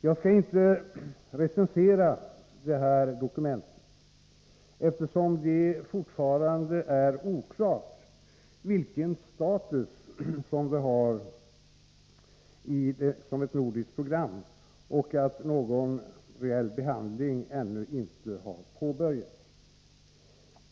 Jag skall inte recensera detta dokument, eftersom det fortfarande är oklart vilken status det har som nordiskt program och någon reell behandling ännu inte har påbörjats.